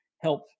help